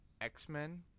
X-Men